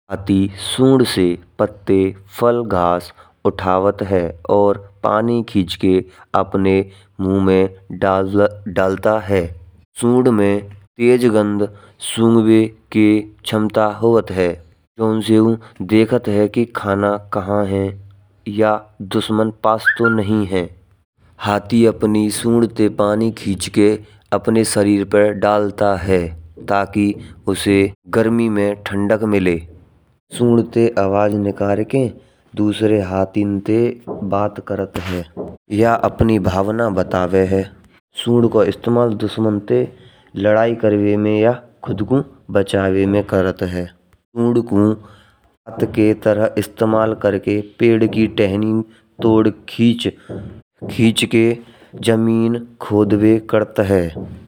हाथी सूंड से पत्ते फल घास उठावत है। और पानी खींचकर अपने मुँह में डाल डालता है। सूँड में तेज गंध सूंघवे के क्षमता होवत है। तो उनसे देखत है कि खाना कहाँ है, या दुश्मन पास तो नहीं है। हाथी अपनी सूंड से पानी खींच के अपने शरीर पर डालता है। ताकि उसे गरमी में ठंडक मिले। सूँड ते आवाज़ निकाल के दूसरे हाथिन ते बात करत है। या अपनी भावना बताओ है। सूँड को इस्तेमाल दुश्मन ते लड़ाई करने या खुद को बचाने में करत हय। सूँड को वट की तरह इस्तेमाल करके पेड़ की टहनी तोड़ खींच के ज़मीन खोदवे करत हय।